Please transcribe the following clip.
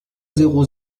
zéro